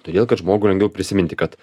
todėl kad žmogui lengviau prisiminti kad